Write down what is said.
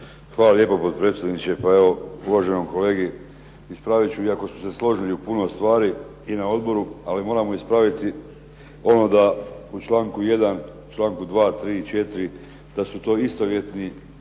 Hvala lijepo, potpredsjedniče. Pa evo, uvaženom kolegi ispravit ću iako smo se složili u puno stvari i na odboru, ali moramo ispraviti ono da u članku 1., članku 2., 3. i 4. da su to istovjetne